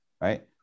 right